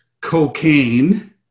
cocaine